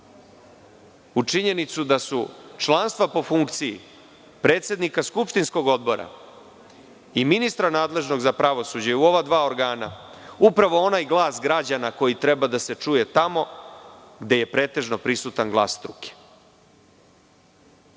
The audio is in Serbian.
u činjenicu da su članstva po funkciji predsednika skupštinskog odbora i ministra nadležnog za pravosuđe u ova dva, upravo onaj glas građana koji treba da se čuje tamo gde je pretežno prisutan glas struke. To